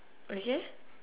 okay